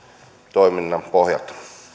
toiminnan pohjalta